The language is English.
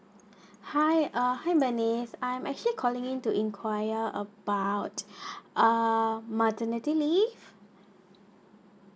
hi uh hi bernice I'm actually calling in to inquire about uh maternity leave